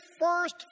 first